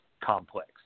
complex